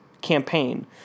campaign